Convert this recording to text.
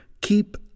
keep